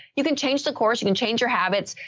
you can change the course. you can change your habits.